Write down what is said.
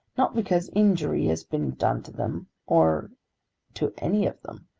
not because injury has been done to them or to any of them,